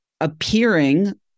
appearing